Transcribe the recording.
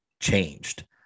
changed